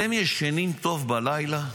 אתם ישנים טוב בלילה?